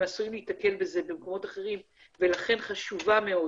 עשויים להיתקל בזה במקומות אחרים ולכן חשוב מאוד